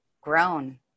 grown